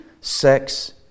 sex